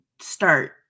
start